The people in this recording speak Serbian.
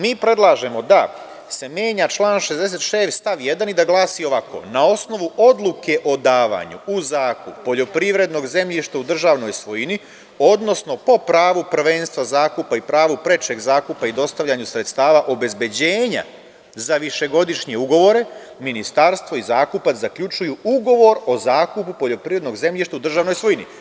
Mi predlažemo da se menja član 66. stav 1. i da glasi ovako – na osnovu odluke o davanju u zakup poljoprivrednog zemljišta u državnoj svojini, odnosno po pravu prvenstva zakupa i pravu prečeg zakupa i dostavljanju sredstava obezbeđenja za višegodišnje ugovore ministarstvo i zakupac zaključuju ugovor o zakupu poljoprivrednog zemljišta u državnoj svojini.